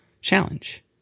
challenge